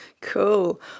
Cool